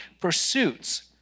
pursuits